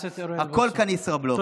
הכול כאן ישראבלוף.